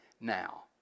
now